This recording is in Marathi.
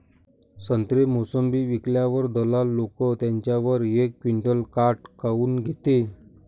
संत्रे, मोसंबी विकल्यावर दलाल लोकं त्याच्यावर एक क्विंटल काट काऊन घेते?